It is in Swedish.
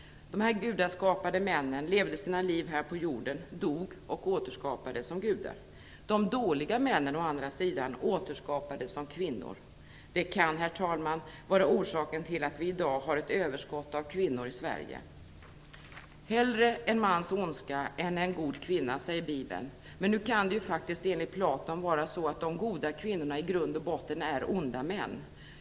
De gudaskapade männen levde sina liv här på jorden, dog och återskapades som gudar. De dåliga männen å andra sidan återskapades som kvinnor. Det kan, herr talman, vara orsaken till att vi i dag har ett överskott av kvinnor i Sverige. Hellre en mans ondska än en god kvinna, säger Bibeln. Men nu kan det ju faktiskt enligt Platon vara så att de goda kvinnorna i grund och botten är onda män.